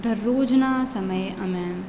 દરરોજના સમયે અમે